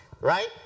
right